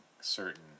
certain